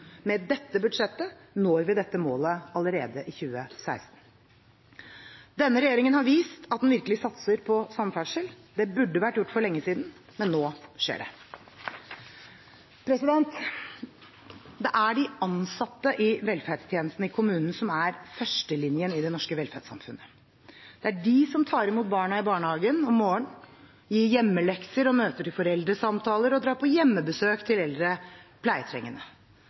Med dette budsjettet når vi det målet allerede i 2016. Denne regjeringen har vist at den virkelig satser på samferdsel. Det burde vært gjort for lenge siden. Nå skjer det! Det er de ansatte i velferdstjenestene i kommunene som er førstelinjen i det norske velferdssamfunnet. Det er de som tar imot barna i barnehagen om morgenen, gir hjemmelekser og møter til foreldresamtaler, og drar på hjemmebesøk til eldre pleietrengende.